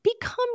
become